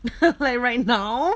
like right now